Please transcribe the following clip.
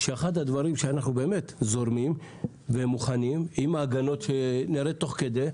שאחד הדברים שאנחנו באמת זורמים ומוכנים עם ההגנות שיראה תוך כדי,